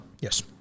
Yes